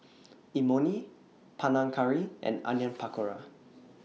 Imoni Panang Curry and Onion Pakora